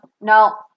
no